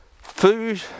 food